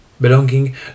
Belonging